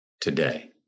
today